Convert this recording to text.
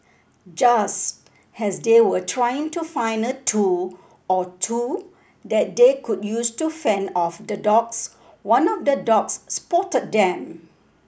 just as they were trying to find a tool or two that they could use to fend off the dogs one of the dogs spotted them